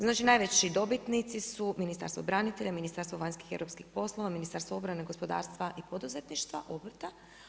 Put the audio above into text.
Znači najveći dobitnici su Ministarstvo branitelja, Ministarstvo vanjskih i europskih poslova, Ministarstvo obrane, gospodarstva i poduzetništva, obrta.